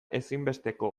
ezinbesteko